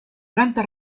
planta